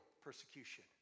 persecution